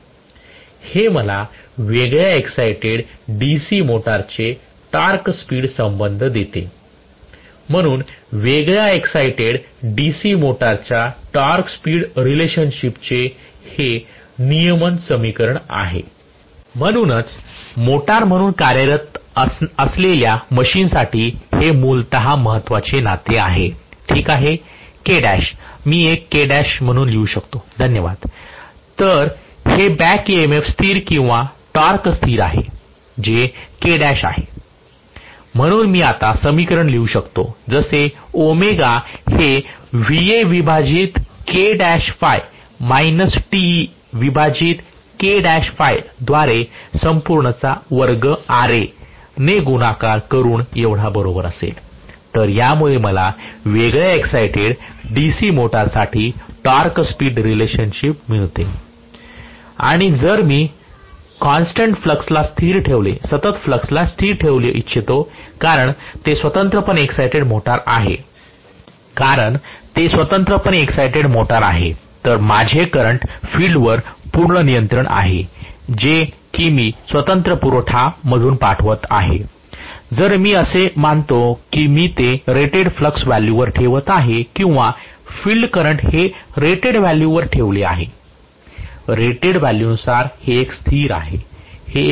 हे मला वेगळ्या एक्साईटेड DC मोटरचे टॉर्क स्पीड संबंध देते म्हणून वेगळ्या एक्साईटेड DC मोटरच्या टॉर्क स्पीड रिलेशनशिपचे हे नियमन समीकरण आहे म्हणूनच मोटार म्हणून कार्यरत असलेल्या मशीनसाठी हे मूलत महत्वाचे नाते आहे ठीक आहे के डॅश मी एक के डॅश म्हणून लिहू शकतो धन्यवाद तर हे बॅक EMF स्थिर किंवा टॉर्क स्थिर आहे जे K डॅश आहे म्हणून मी आता समीकरण लिहू शकतो जसे ओमेगा हे Va विभाजित के डॅश phi मायनस Te विभाजीत के डॅश Phi द्वारे संपूर्ण चा वर्ग Ra ने गुणाकार करून एवढा बरोबर असेल तर यामुळे मला वेगळ्याच एक्साईटेड DC मोटरसाठी टॉर्क स्पीड रिलेशनशिप मिळते आणि जर मी सतत फ्लक्स ला स्थिर ठेवू इच्छितो कारण ते स्वतंत्रपणे एक्साईटेड मोटार आहे तर माझे करंट फिल्डवर पूर्ण नियंत्रण आहे जे कि मी स्वतंत्र पुरवठा मधून पाठवत आहे जर मी असे मानतो की मी ते रेटेड फ्लक्स व्हॅल्यूवर ठेवत आहे किंवा फिल्ड करंट हे रेटेड व्हॅल्यूवर ठेवलेले आहे रेटेड व्हॅल्यूनुसार हे एक स्थिर असेल हे एक स्थिर असेल